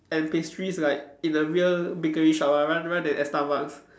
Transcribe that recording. and pastries like in a real bakery shop ah ra~ rather than at Starbucks